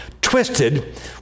twisted